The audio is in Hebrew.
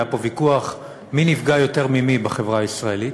היה פה ויכוח מי נפגע יותר ממי בחברה הישראלית.